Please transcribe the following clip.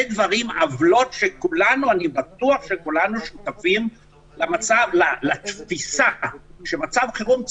עוולות שאני בטוח שכולנו שותפים לתפיסה שמצב חירום,